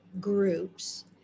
groups